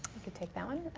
could take that one.